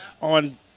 on